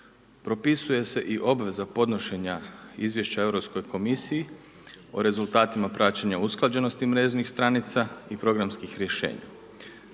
Propisuje se i obveza podnošenja izvješća Europskoj komisiji o rezultatima praćenja usklađenosti mrežnih stranica i programskih rješenja.